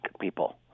people